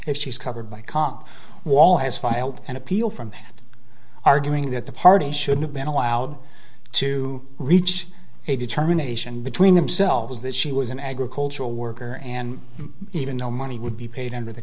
if she's covered by cop wall has filed an appeal from the arguing that the parties should have been allowed to reach a determination between themselves that she was an agricultural worker and even though money would be paid under the